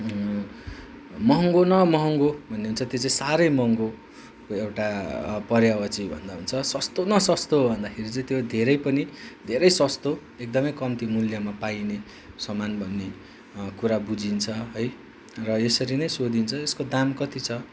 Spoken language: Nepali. महँगो न महँगो भनिन्छ त्यो चाहिँ साह्रै महँगोको एउटा पर्यायवाची भन्दा हुन्छ सस्तो न सस्तो भन्दाखेरि चाहिँ त्यो धेरै पनि धेरै सस्तो एकदमै कम्ती मूल्यमा पाइने सामान भन्ने कुरा बुझिन्छ है र यसरी नै सोधिन्छ यसको दाम कति छ